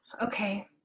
Okay